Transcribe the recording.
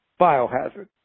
Biohazard